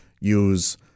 use